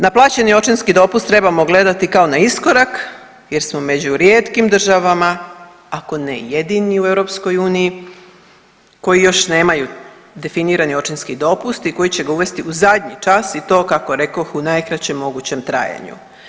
Na plaćeni očinski dopust trebamo gledati kao na iskorak jer smo među rijetkim državama, ako ne i jedini u EU koji još nemaju definirani očinski dopust i koji će ga uvesti u zadnji čas i to kako rekoh u najkraćem mogućem trajanju.